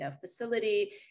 facility